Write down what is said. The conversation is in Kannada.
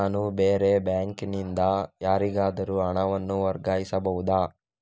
ನಾನು ಬೇರೆ ಬ್ಯಾಂಕ್ ನಿಂದ ಯಾರಿಗಾದರೂ ಹಣವನ್ನು ವರ್ಗಾಯಿಸಬಹುದ?